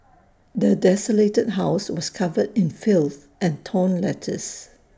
the desolated house was covered in filth and torn letters